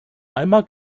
einmal